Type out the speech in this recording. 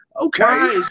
Okay